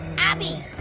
obby,